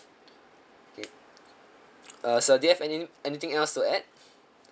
mm uh sir do you have anythi~ anything else to add